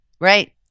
Right